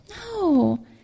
No